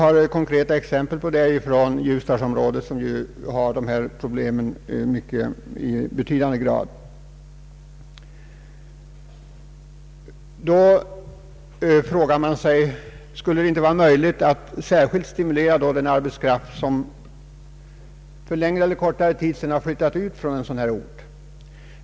Det finns konkreta exempel härpå från Ljusdalsområdet, som har detta problem att brottas med i betydande grad. Skulle det inte vara möjligt att särskilt stimulera den arbetskraft som flyttat ut från en lokaliseringsort att flytta tillbaka när ett företag kommer och vill starta?